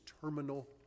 terminal